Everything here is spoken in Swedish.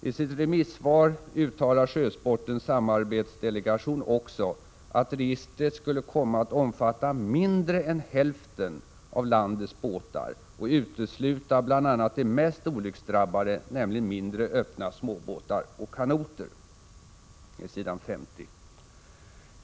I sitt remissvar uttalar Sjösportens samarbetsdelegation också att registret skulle komma att omfatta mindre än hälften av landets båtar och utesluta bl.a. de mest olycksdrabbade, nämligen mindre öppna småbåtar och kanoter. Detta står på s. 50.